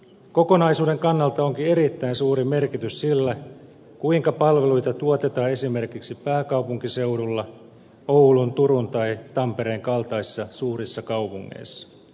kokonaisuuden kannalta onkin erittäin suuri merkitys sillä kuinka palveluita tuotetaan esimerkiksi pääkaupunkiseudulla oulun turun tai tampereen kaltaisissa suurissa kaupungeissa